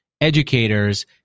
educators